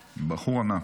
בחור ענק.